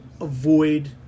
avoid